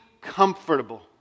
comfortable